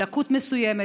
לקות מסוימת,